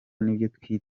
nibyo